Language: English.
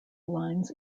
lines